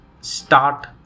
start